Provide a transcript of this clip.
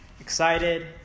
excited